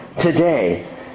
today